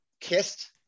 kissed